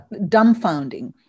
dumbfounding